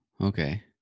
okay